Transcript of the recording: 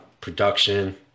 production